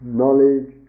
knowledge